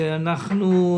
בממשלה.